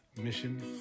mission